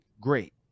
great